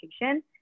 education